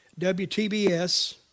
WTBS